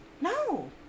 No